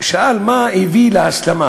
שאל מה הביא להסלמה